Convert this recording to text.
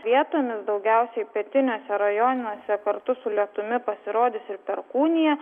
vietomis daugiausiai pietiniuose rajonuose kartu su lietumi pasirodys ir perkūnija